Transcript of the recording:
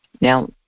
Now